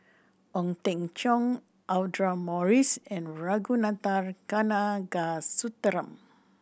Ong Teng Cheong Audra Morrice and Ragunathar Kanagasuntheram